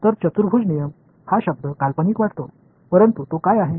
तर चतुर्भुज नियम हा शब्द काल्पनिक वाटतो परंतु तो काय आहे